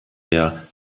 der